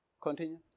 Continue